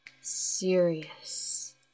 serious